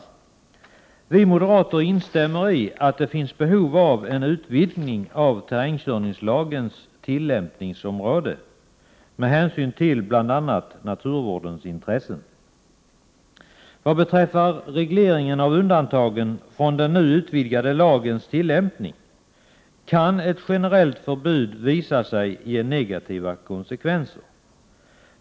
I Vi moderater instämmer i att det finns behov av en utvidgning av terrängkörningslagens tillämpningsområde bl.a. med hänsyn till naturvårdens intressen. Vad beträffar regleringen av undantagen från den nu 141 utvidgade lagens tillämpning kan ett generellt förbud visa sig ge negativa konsekvenser.